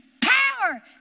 power